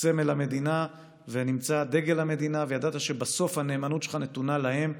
סמל המדינה ונמצא דגל המדינה וידעת שבסוף הנאמנות שלך נתונה להם,